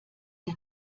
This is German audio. der